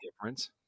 difference